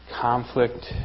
conflict